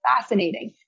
fascinating